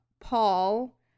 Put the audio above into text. Paul